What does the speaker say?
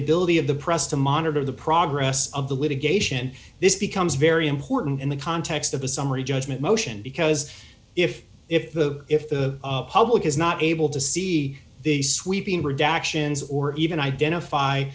ability of the press to monitor the progress of the litigation this becomes very important in the context of a summary judgment motion because if if the if the public is not able to see the sweeping redactions or even identify